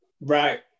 Right